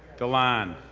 dilan,